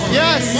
yes